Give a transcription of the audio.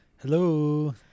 Hello